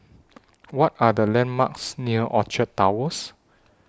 What Are The landmarks near Orchard Towers